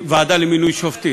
בוועדה למינוי שופטים.